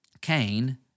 Cain